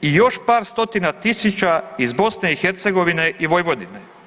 i još par stotina tisuća iz BiH i Vojvodine.